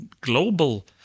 global